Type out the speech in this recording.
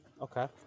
Okay